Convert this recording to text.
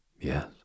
Yes